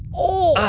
oh,